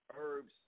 herbs